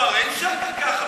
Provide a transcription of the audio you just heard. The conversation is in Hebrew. לא, אבל אי-אפשר כך.